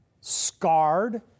scarred